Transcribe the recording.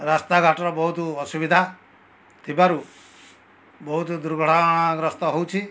ରାସ୍ତା ଘାଟର ବହୁତ ଅସୁବିଧା ଥିବାରୁ ବହୁତ ଦୁର୍ଘଟଣାଗ୍ରସ୍ତ ହେଉଛି